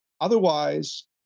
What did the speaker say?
Otherwise